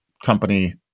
company